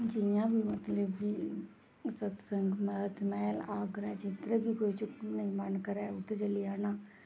जियां बी मतलब कि सतसंग बाद मैह्ल आगरा जिद्धरें बी कोई चुक्क मन करै उद्धर चली जाना